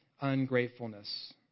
ungratefulness